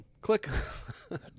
Click